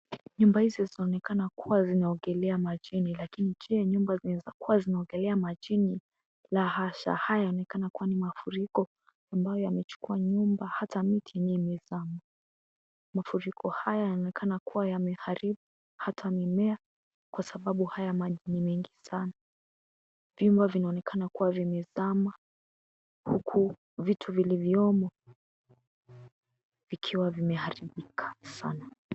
Nyumba hizi zinaonekana kuwa zinaogelea majini lakini je nyumba zinawezakuwa zinaogelea majini?la hasha. Haya yanaonekana kuwa ni mafuriko ambayo, yamechukua nyumba hata miti yenyewe imezama. Mafuriko haya yanaonekana kuwa yameharibu hata mimea kwa sababu haya maji ni mengi sana. Vyuma vvinaonekana kuwa vimezama huku vitu vilivyomo, vikiwa vimeharibika sana.